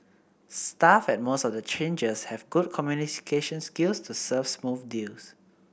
staff at most of the changers have good communication skills to serve smooth deal